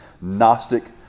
Gnostic